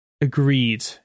Agreed